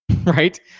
right